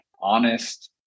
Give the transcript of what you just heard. honest